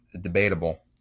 debatable